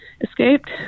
escaped